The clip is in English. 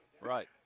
Right